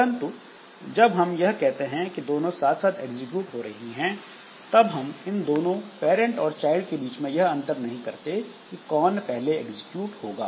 परंतु जब हम यह कहते हैं कि यह दोनों साथ साथ एग्जीक्यूट हो रही हैं तब हम इन दोनों पैरंट और चाइल्ड के बीच में यह अंतर नहीं करते कि कौन पहले एग्जीक्यूट होगा